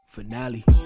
Finale